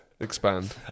Expand